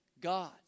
God